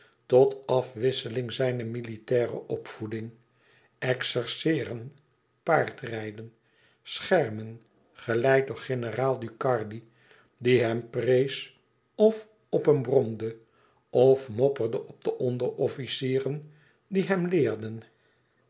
tot afwisseling zijne militaire opvoeding exerceeren paardrijden schermen geleid door generaal ducardi die hem prees of op hem bromde of mopperde op de onderofficieren die hem leerden